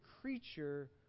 creature